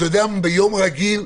אתה יודע, ביום רגיל,